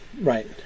right